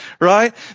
right